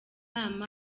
inama